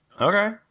Okay